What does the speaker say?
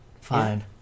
Fine